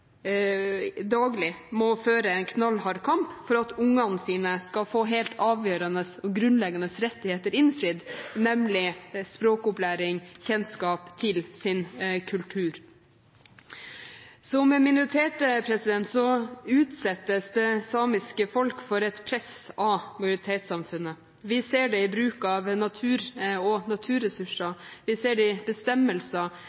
daglig må føre en knallhard kamp for at ungene deres skal få helt avgjørende og grunnleggende rettigheter innfridd, nemlig språkopplæring og kjennskap til sin kultur. Som minoritet utsettes det samiske folk for et press av majoritetssamfunnet. Vi ser det i bruk av natur og naturressurser, vi ser det i bestemmelser